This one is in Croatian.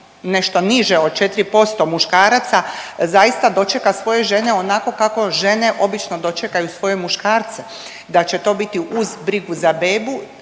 nešto niže od 4% muškaraca zaista dočeka svoje žene onako kako žene obično dočekaju svoje muškarce, da će to biti uz brigu za bebu